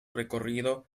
recorrido